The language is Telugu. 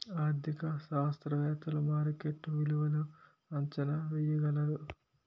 ఆర్థిక శాస్త్రవేత్తలు మార్కెట్ విలువలను అంచనా వేయగలరు